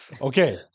Okay